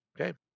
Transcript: Okay